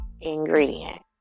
ingredient